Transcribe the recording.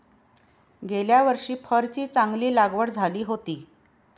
गेल्या वर्षी फरची चांगली लागवड झाली होती